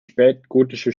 spätgotische